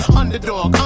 underdog